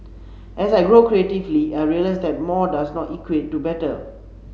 as I grow creatively I realise that more does not equate to better